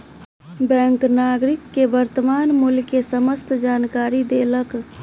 bank नागरिक के वर्त्तमान मूल्य के समस्त जानकारी देलक